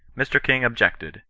mr. king objected,